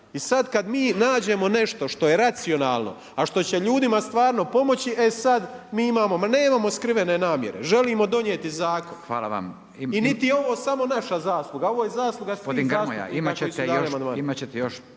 I sada kada mi nađemo nešto što je racionalno a što će ljudima stvarno pomoći e sada mi imamo, ma nemamo skrivene namjere, želimo donijeti zakon. …/Upadica Radin: Hvala vam./… I niti je ovo samo naša zasluga, ovo je zasluga svih zastupnika koji su dali amandmane.